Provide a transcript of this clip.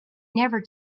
never